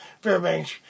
Fairbanks